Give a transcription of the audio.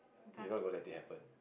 you not gonna let it happen